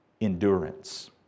Endurance